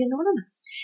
anonymous